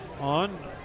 on